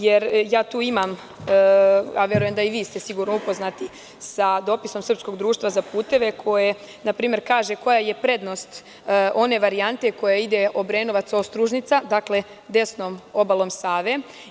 Jer, tu imam, a verujem da ste i vi sigurno upoznati sa dopisom Srpskog društva za puteve koje na primer kaže koja je prednost one varijante koja ide Obrenovac-Ostružnica, dakle, desnom obalom Save.